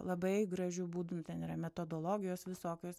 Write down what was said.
labai gražiu būdu nu ten yra metodologijos visokios